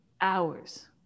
hours